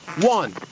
One